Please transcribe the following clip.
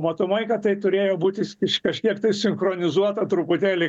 matomai kad tai turėjo būti iš kažkiek tai sinchronizuota truputėlį